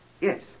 Yes